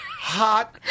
Hot